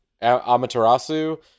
Amaterasu